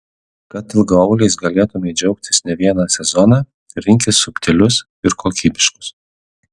kad ilgaauliais galėtumei džiaugtis ne vieną sezoną rinkis subtilius ir kokybiškus